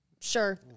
Sure